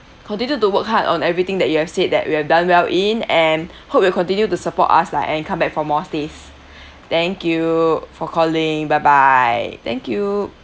continue to work hard on everything that you've said that we've done well in and hope you'll continue to support us lah and come back for more stays thank you for calling bye bye thank you